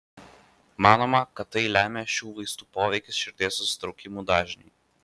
manoma kad tai lemia šių vaistų poveikis širdies susitraukimų dažniui